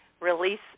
release